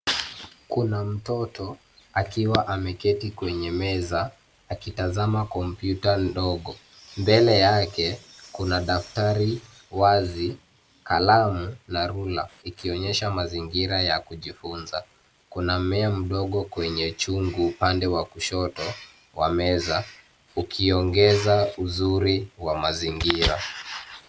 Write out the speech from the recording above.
Kuna mtoto akiwa ameketi kwenye meza akitazama kompyuta ndogo. Mbele yake kuna daftari wazi, kalamu na rula ikionyesha mazingira ya kujifunza. Kuna mmea mdogo kwenye chungu upande wa kushoto wa meza, ukiongeza uzuri wa mazingira.